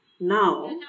Now